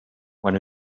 when